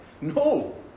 No